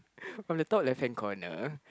on the top left hand corner